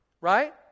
Right